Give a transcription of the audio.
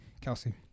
Kelsey